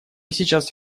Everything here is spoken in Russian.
сейчас